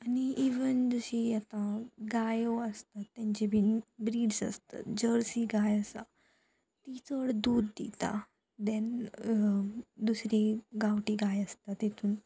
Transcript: आनी इवन जशी आतां गायो आसता तेंचे बीन ब्रिड्स आसता जर्सी गाय आसा ती चड दूद दिता देन दुसरी गांवटी गाय आसता तितून